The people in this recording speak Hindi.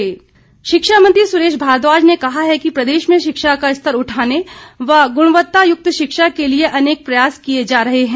सुरेश भारद्वाज शिक्षा मंत्री सुरेश भारद्वाज ने कहा है कि प्रदेश में शिक्षा का स्तर उठाने व ग्णवत्तायुक्त शिक्षा के लिए अनेक प्रयास किए जा रहे हैं